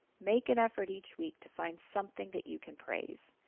make an effort each week to find something that you can praise.